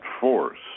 force